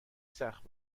سخت